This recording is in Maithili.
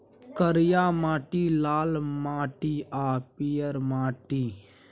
करिया माटि, लाल माटि आ पीयर माटि